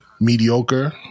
mediocre